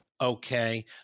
Okay